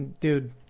dude